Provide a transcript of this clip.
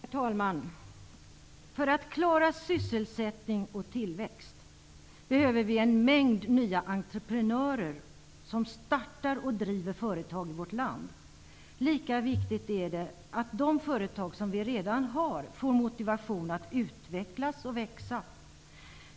Herr talman! För att klara sysselsättning och tillväxt behöver vi en mängd nya entreprenörer som startar och driver företag i vårt land. Lika viktigt är det att de företag som vi redan har får motivation att utvecklas och växa.